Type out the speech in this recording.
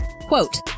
Quote